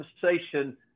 conversation